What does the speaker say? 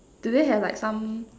do they have like some